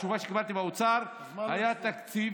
התשובה שקיבלתי מהאוצר, היה תקציב.